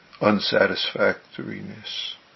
unsatisfactoriness